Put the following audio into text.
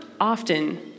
often